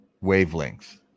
wavelength